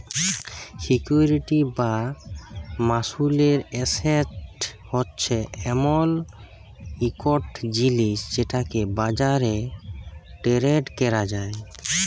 security বা মালুসের asset হছে এমল ইকট জিলিস যেটকে বাজারে টেরেড ক্যরা যায়